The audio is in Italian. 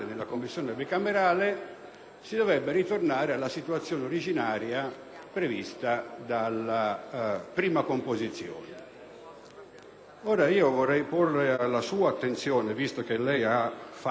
si dovrebbe tornare alla situazione originaria prevista dalla prima composizione. Vorrei porre alla sua attenzione, visto che lei ha fatto una glossa